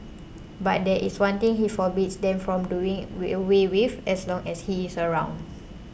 but there is one thing he forbids them from doing we away with as long as he is around